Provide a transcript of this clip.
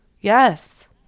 yes